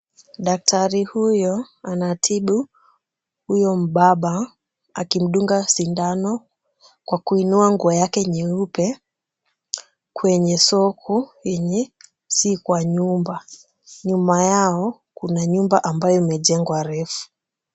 Daktari huyo anatibu huyo mbaba akimdunga sindano kwa kuinua nguo yake nyeupe kwenye soku yenye si kwa nyumba. Nyuma yao kuna nyumba ambayo imejengwa refu.